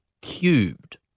cubed